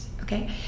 okay